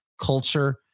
culture